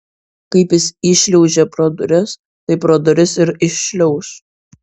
kaip jis įšliaužė pro duris taip pro duris ir iššliauš